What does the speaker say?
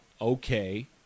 okay